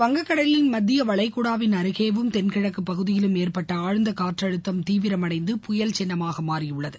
வங்கக்கடலின் மத்திய வளைகுடாவின் அருகேயும் தென்கிழக்கு பகுதியிலும் ஏற்பட்ட ஆழ்நத காற்றழுத்தம் தீவிரமடைந்து புயல் சின்னமாக மாறியுள்ளது